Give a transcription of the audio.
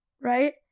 Right